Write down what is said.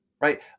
Right